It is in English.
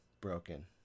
broken